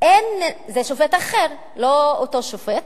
זה שופט אחר, לא אותו שופט,